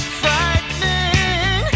frightening